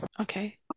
Okay